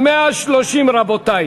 קבוצת סיעת יהדות התורה,